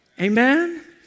Amen